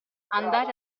andare